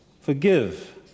Forgive